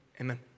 amen